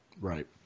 right